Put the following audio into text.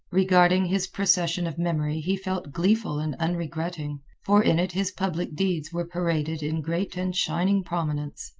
regarding his procession of memory he felt gleeful and unregretting, for in it his public deeds were paraded in great and shining prominence.